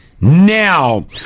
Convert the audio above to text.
Now